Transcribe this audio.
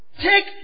Take